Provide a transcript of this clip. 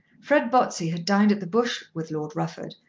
fred botsey had dined at the bush with lord rufford,